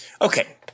Okay